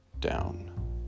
down